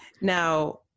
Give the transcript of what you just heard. Now